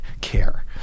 care